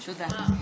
אדוני משוחרר.